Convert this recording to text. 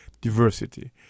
diversity